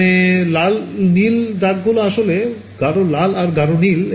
মানে লাল ও নীল দাগ গুলো আসলে গাঢ় লাল আর গাঢ় নীল